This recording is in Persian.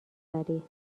بری